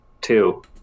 Two